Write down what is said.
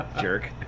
jerk